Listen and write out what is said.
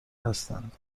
هستند